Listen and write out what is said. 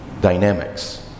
dynamics